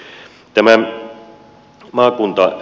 tämä maakuntamalli